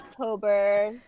October